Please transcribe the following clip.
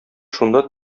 шунда